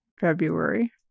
February